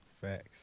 Facts